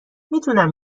میتونم